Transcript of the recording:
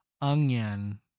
onion